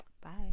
bye